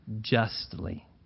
justly